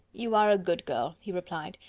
you are a good girl he replied,